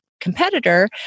competitor